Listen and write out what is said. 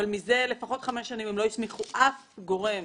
אבל מזה חמש שנים הם לא הסמיכו אף גורם